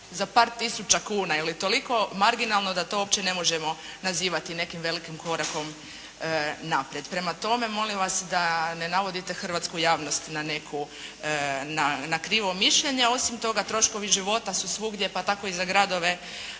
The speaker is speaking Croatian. za par tisuća kuna ili toliko marginalno da to uopće ne možemo nazivati nekim velikim korakom naprijed. Prema tome, molim vas da ne navodite hrvatsku javnost na krivo mišljenje a osim toga troškovi života su svugdje pa tako i za gradove